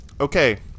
Okay